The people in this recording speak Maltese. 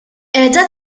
qiegħda